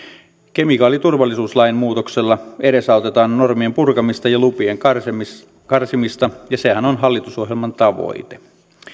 kemikaaliturvallisuuslain muutoksella edesautetaan normien purkamista ja lupien karsimista karsimista ja sehän on hallitusohjelman tavoite